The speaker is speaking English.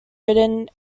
written